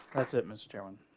that's it mister chairman,